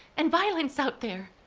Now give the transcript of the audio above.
and violence out there.